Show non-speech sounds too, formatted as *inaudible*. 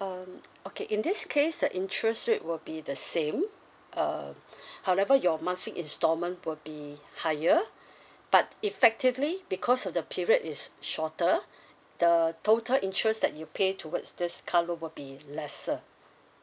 um okay in this case the interest rate will be the same uh *breath* however your monthly instalment will be higher *breath* but effectively because of the period is shorter the total interest that you pay towards this car loan will be lesser